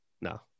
no